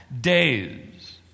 days